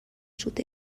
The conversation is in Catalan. sud